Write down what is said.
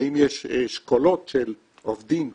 האם יש אשכולות של עובדים ברעננה,